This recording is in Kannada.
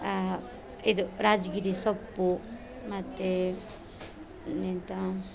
ಇದು ರಾಜ್ ಗಿರಿ ಸೊಪ್ಪು ಮತ್ತು ಇನ್ನೆಂಥ